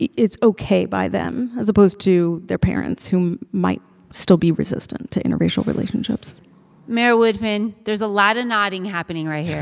yeah it's ok by them as opposed to their parents who might still be resistant to interracial relationships mayor woodfin, there's a lot of nodding happening right yeah